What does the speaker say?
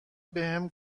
بهم